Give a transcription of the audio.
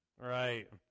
right